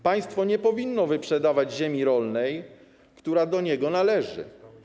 Państwo nie powinno wyprzedawać ziemi rolnej, która do niego należy.